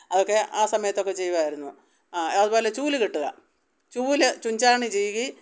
അതൊക്കെ ആ സമയത്തൊക്കെ ചെയ്യുമായിരുന്നു അതുപോലെ ചൂൽ കെട്ടുക ചൂൽ ചുഞ്ചാണി ചീകി